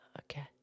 okay